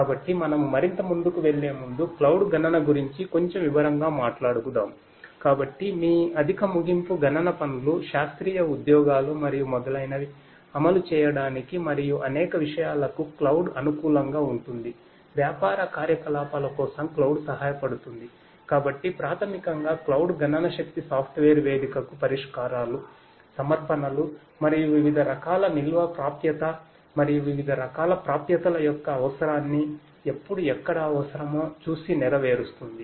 కాబట్టి మనము మరింత ముందుకు వెళ్ళే ముందు క్లౌడ్ వేధికకు పరిష్కారాలు సమర్పణలు మరియు వివిధ రకాల నిల్వ ప్రాప్యత మరియు వివిధ రకాల ప్రాప్యతల యొక్క అవసరాన్ని ఎప్పుడు ఎక్కడ అవసరమో చూసి నెరవేరుస్తుంది